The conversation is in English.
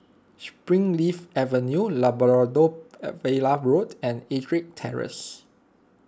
Springleaf Avenue Labrador Villa Road and Ettrick Terrace